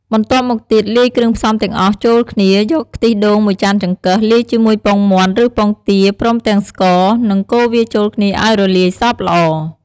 បន្ទាប់មកទៀតលាយគ្រឿងផ្សំទាំងអស់ចូលគ្នា យក ខ្ទិះដូង ១ ចានចង្កឹះ លាយជាមួយពងមាន់ ឬពងទា ព្រមទាំងស្ករ និងកូរវាចូលគ្នាឱ្យរលាយសព្វល្អ។